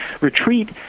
retreat